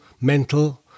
mental